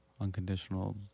Unconditional